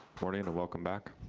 morning, and welcome back.